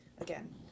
again